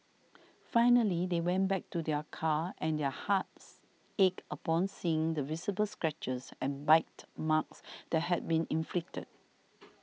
finally they went back to their car and their hearts ached upon seeing the visible scratches and bite marks that had been inflicted